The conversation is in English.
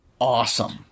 awesome